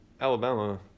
Alabama